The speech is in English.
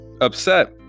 upset